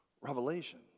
revelation